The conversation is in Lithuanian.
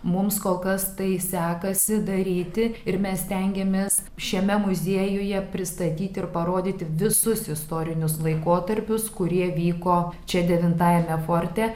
mums kol kas tai sekasi daryti ir mes stengiamės šiame muziejuje pristatyti ir parodyti visus istorinius laikotarpius kurie vyko čia devintajame forte